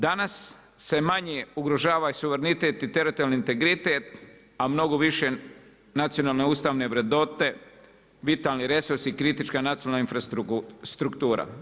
Danas se manje ugrožava i suverenitet i teritorijalni integritet a mnogo više nacionalne ustavne vrednote, vitalni resursi, kritička nacionalna infrastruktura.